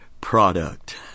product